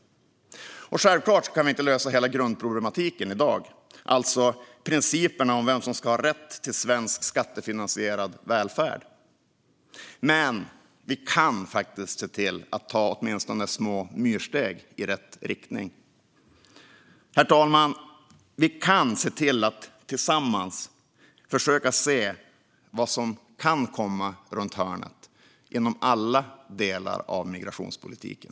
Självklart kan vi inte lösa hela grundproblematiken, det vill säga principerna för vem som ska ha rätt till svensk skattefinansierad välfärd, i dag. Men vi kan faktiskt se till att ta åtminstone små myrsteg i rätt riktning. Herr talman! Vi kan se till att tillsammans försöka se vad som kan komma runt hörnet - inom alla delar av migrationspolitiken.